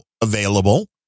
available